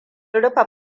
rufe